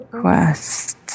Quest